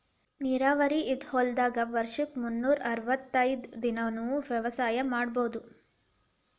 ನೇರಾವರಿ ಇದ್ದ ಹೊಲದಾಗ ವರ್ಷದ ಮುನ್ನೂರಾ ಅರ್ವತೈದ್ ದಿನಾನೂ ವ್ಯವಸಾಯ ಮಾಡ್ಬಹುದು